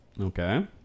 Okay